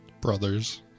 Brothers